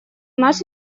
наш